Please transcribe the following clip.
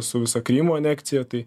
su visa krymo aneksija tai